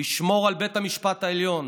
לשמור על בית המשפט העליון,